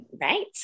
Right